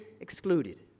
excluded